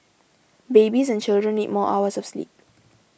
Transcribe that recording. babies and children need more hours of sleep